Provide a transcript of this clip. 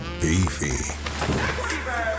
beefy